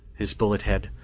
his bullet head,